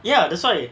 ya that's why